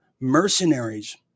mercenaries